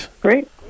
great